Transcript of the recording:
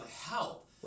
help